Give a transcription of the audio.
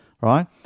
right